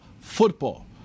football